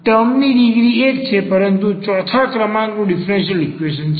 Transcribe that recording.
આથી આ ટર્મની ડિગ્રી 1 છે પરંતુ ૪ થા ક્રમાંકનુ ડીફરન્સીયલ ઈક્વેશન છે